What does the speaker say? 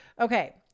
Okay